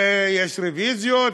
ויש רוויזיות,